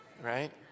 right